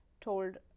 told